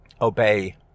obey